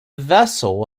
vessel